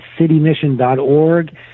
citymission.org